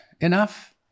enough